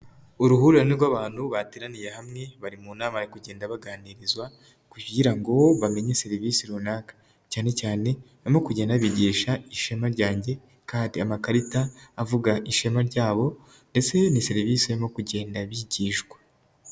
Uruhurirane rw'abantu bateraniye hamwe, bari mu nama bari kugenda baganirizwa kugira ngo bamenye serivisi runaka, cyane cyane barimo kugenda bigisha ishema ryanjye, kadi amakarita avuga ishema ryabo ndetse ni serivisi nko kugenda bigishwa.